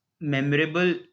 memorable